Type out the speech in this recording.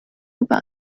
about